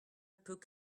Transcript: peut